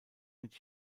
mit